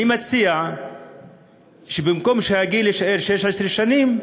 אני מציע שבמקום שהגיל יישאר 16 שנים,